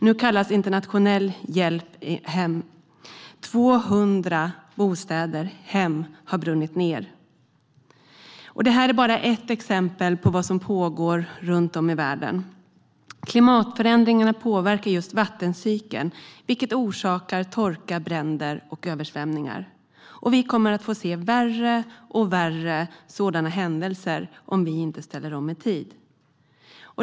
Nu kallas internationell hjälp dit. 200 bostäder, hem, har brunnit ned. Det här är bara ett exempel på vad som pågår runt om i världen. Klimatförändringarna påverkar just vattencykeln, vilket orsakar torka, bränder och översvämningar. Vi kommer att få se värre och värre sådana händelser om vi inte ställer om i tid.